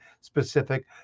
specific